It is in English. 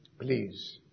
Please